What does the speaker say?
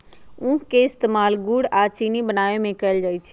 उख के इस्तेमाल गुड़ आ चिन्नी बनावे में कएल जाई छई